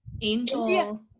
Angel